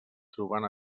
trobant